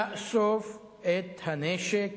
לאסוף את הנשק